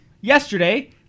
yesterday